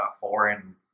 foreign